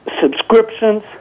subscriptions